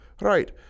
Right